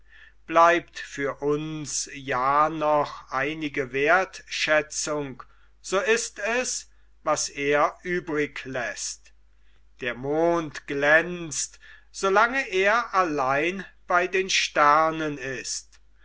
bleibt für uns ja noch einige werthschätzung so ist es was er übrig läßt der mond glänzt so lange er allein bei den sternen ist